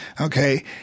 Okay